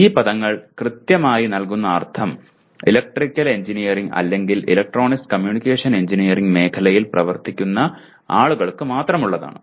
ഈ പദങ്ങൾ കൃത്യമായി നൽകുന്ന അർഥം ഇലക്ട്രിക്കൽ എഞ്ചിനീയറിംഗ് അല്ലെങ്കിൽ ഇലക്ട്രോണിക്സ് കമ്മ്യൂണിക്കേഷൻ എഞ്ചിനീയറിംഗ് മേഖലയിൽ പ്രവർത്തിക്കുന്ന ആളുകൾക്ക് മാത്രമുള്ളതാണ്